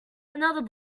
another